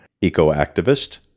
eco-activist